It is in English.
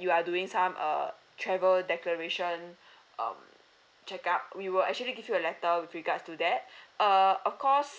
you are doing some uh travel declaration um checkup we will actually give you a letter with regards to that err of course